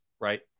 right